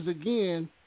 again